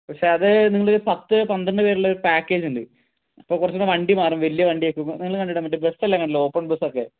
പക്ഷേ അത് നിങ്ങൾ പത്ത് പന്ത്രണ്ട് പേരുള്ള ഒരു പാക്കേജ് ഉണ്ട് അപ്പോൾ കുറച്ചും കൂടെ വണ്ടി മാറും വലിയ വണ്ടി ഒക്കെയാകും നിങ്ങൾ കണ്ടിട്ടുണ്ടാകും മറ്റേ ബസ് എല്ലാം കണ്ടിട്ടുണ്ടാകും ഓപ്പൺ ബസ് ഒക്കെ